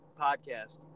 podcast